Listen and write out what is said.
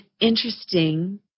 interesting